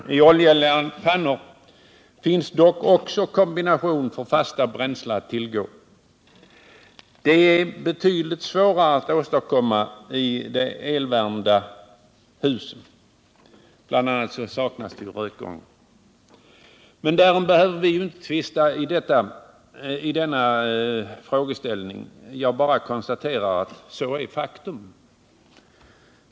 I oljeeldade pannor finns dock också kombinationsbrännare för fasta bränslen; det är betydligt svårare att åstadkomma alternativ uppvärmning i de elvärmda husen. Bl. a. saknas där rökgångar. Därom behöver vi inte tvista nu, utan jag bara konstaterar detta faktum.